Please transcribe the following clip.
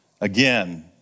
Again